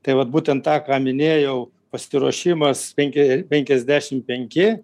tai vat būtent tą ką minėjau pasiruošimas penki penkiasdešim penki